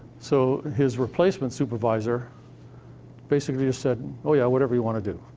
so his replacement supervisor basically said, oh, yeah, whatever you wanna do.